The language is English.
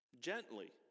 gently